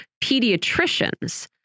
pediatricians